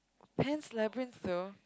Pan's Labyrinth though